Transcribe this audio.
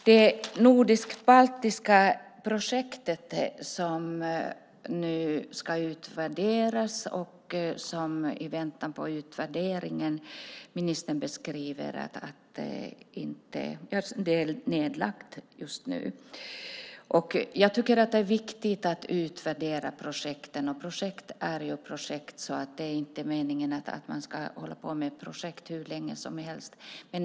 Det nordisk-baltiska projektet ska nu utvärderas. Ministern beskriver att det i väntan på utvärderingen just nu är nedlagt. Det är viktigt att utvärdera projekten. Projekt är projekt, och det är inte meningen att man ska hålla på med projekt hur länge som helst.